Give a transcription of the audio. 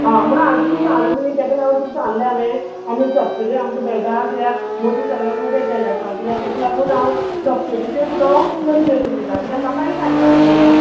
आ म्हण हांव तुक सांग्ल न्ही तेक लागून तुक सांगलें हांवें आनी सबसिडी आमक मेळटा किद्या मोदी सरकारान खूब हें केल्लें आसा किद्याक तेक लागून हांव सबसिडीचेर तुका हांव कमी रेटीन दिता किद्या म्हाकाय फायदो आसा गो